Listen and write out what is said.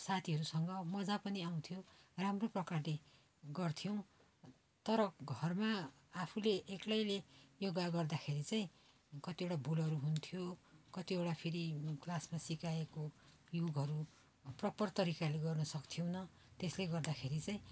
साथीहरूसँग मजा पनि आउँथ्यो राम्रो प्रकारले गर्थ्यौँ तर घरमा आफूले एक्लैले योगा गर्दाखेरि चाहिँ कतिवटा भुलहरू हुन्थ्यो कतिवटा फेरि क्लासमा सिकाएको योगहरू प्रपर तरिकाले गर्न सक्थेनौँ त्यसले गर्दाखेरि चाहिँ